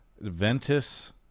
Ventus